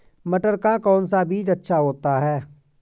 मटर का कौन सा बीज अच्छा होता हैं?